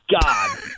God